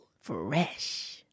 fresh